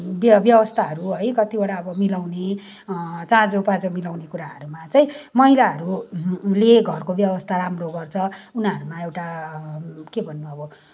व्यवस्थाहरू कत्तिवटा अब मिलाउने चाँजो पाँजो मिलाउने कुराहरू चाहिँ महिलाहरूले घरको व्यवस्था राम्रो गर्छ उनीहरूमा एउटा के भन्नु अब